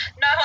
No